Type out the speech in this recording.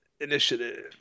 Initiative